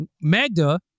Magda